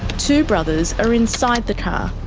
two brothers are inside the car.